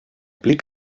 blick